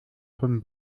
von